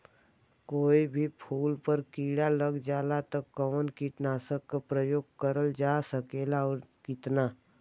कोई भी फूल पर कीड़ा लग जाला त कवन कीटनाशक क प्रयोग करल जा सकेला और कितना?